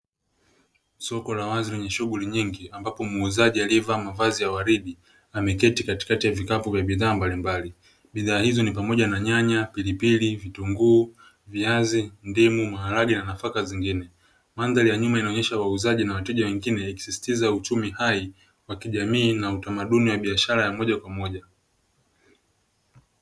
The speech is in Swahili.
Soko la wazi lenye shughuli nyingi ambapo muuzaji aliyevaa mavazi ya waridi ameketi katikati ya vikapu vya bidhaa mbalimbali. Bidhaa hizo ni pamoja na: nyanya, pilipili, vitunguu, viazi, ndimu, maharage na nafaka nyingine. Mandhari ya nyuma inaonyesha wauzaji na wateja wengine ikisisitiza uchumi hai wa kijamii na kiutamaduni wa biashara moja kwa moja.